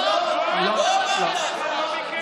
לא אמרת.